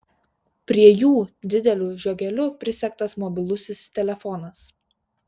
prie jų dideliu žiogeliu prisegtas mobilusis telefonas